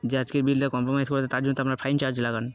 যে আজের বিলটা কম্প্রোমাইজ করে তার জন্য আনার ফাইন চার্জ লাগান